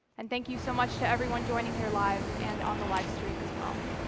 and thank you so much to everyone joining here live and on the livestream as well.